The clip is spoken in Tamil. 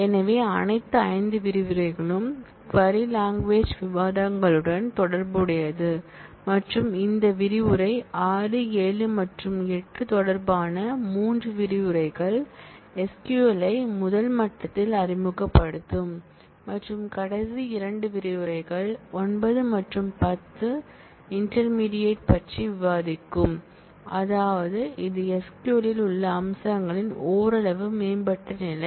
எனவே அனைத்து 5 விரிவுரைகளும் க்வரி லாங்குவேஜ் விவாதங்களுடன் தொடர்புடையது மற்றும் இந்த விரிவுரை 6 7 மற்றும் 8 தொடர்பான 3 விரிவுரைகள் SQL ஐ முதல் மட்டத்தில் அறிமுகப்படுத்தும் மற்றும் கடைசி 2 விரிவுரைகள் 9 மற்றும் 10 இன்டெர்மேடியேட் பற்றி விவாதிக்கும் அதாவது இது SQL இல் உள்ள அம்சங்களின் ஓரளவு மேம்பட்ட நிலை